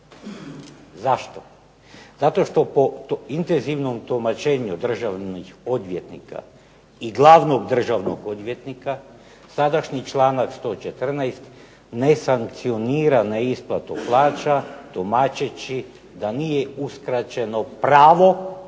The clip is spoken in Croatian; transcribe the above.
Zašto? Zato što po intenzivnom tumačenju državnih odvjetnika i glavnog državnog odvjetnika sadašnji članak 114. ne sankcionira na isplatu plaća tumačeći da nije uskraćeno pravo